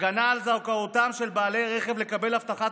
הגנה על זכאותם של בעלי רכב לקבל הבטחת